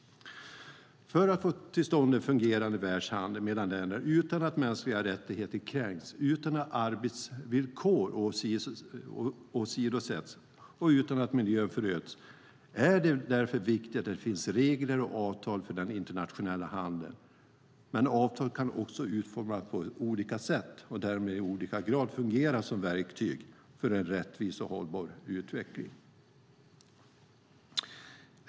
För att få till stånd en fungerande världshandel mellan länder utan att mänskliga rättigheter kränks, utan att arbetsvillkor åsidosätts och utan att miljön föröds är det viktigt att det finns regler och avtal för den internationella handeln. Men avtal kan också utformas på olika sätt och därmed i olika grad fungera som verktyg för en rättvis och hållbar utveckling.